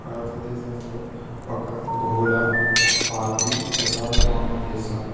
భారతదేశంలో ఒక బహుళ పార్టీ ప్రజాస్వామ్య దేశం